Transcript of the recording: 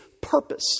purpose